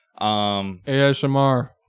ASMR